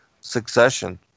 succession